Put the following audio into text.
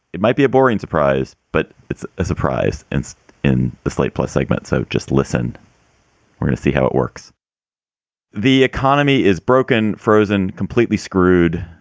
it might be a boring surprise, but it's a surprise. it's in the slate plus segment. so just listen we're gonna see how it works the economy is broken. frozen, completely screwed.